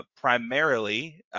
primarily